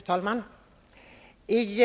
Fru talman!